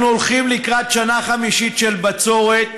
אנחנו הולכים לקראת שנה חמישית של בצורת,